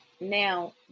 Now